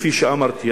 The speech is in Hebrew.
כפי שאמרתי,